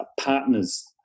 partners